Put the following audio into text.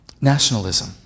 Nationalism